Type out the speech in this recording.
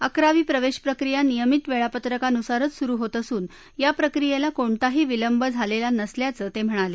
अकरावी प्रवेश प्रक्रिया नियमित वेळापत्रकानुसारच सुरु होत असून या प्रक्रियेला कोणताही विलंब झालेला नसल्याचं ते म्हणाले